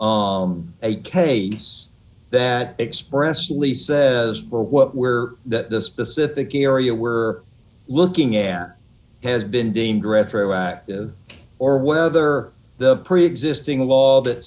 on a case that expressly says for what where the specific area we're looking at has been deemed retroactive or whether the preexisting law that